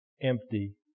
empty